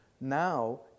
Now